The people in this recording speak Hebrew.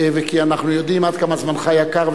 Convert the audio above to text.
כי אנחנו יודעים עד כמה זמנך יקר,